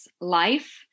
life